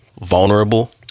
vulnerable